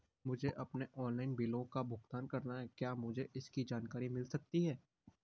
मुझे अपने ऑनलाइन बिलों का भुगतान करना है क्या मुझे इसकी जानकारी मिल सकती है?